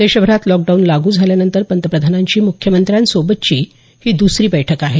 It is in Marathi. देशभरात लॉकडाऊन लागू झाल्यानंतर पंतप्रधानांची मुख्यमंत्र्यांसोबतची ही दुसरी बैठक आहे